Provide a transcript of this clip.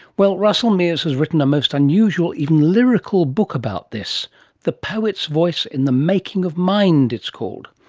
well russell meares has written a most unusual, even lyrical book about this the poet's voice in the making of mind it's called.